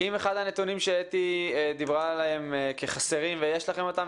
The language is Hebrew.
אם אחד הנתונים שאתי דיברה עליהם כחסרים ויש לכם אותם,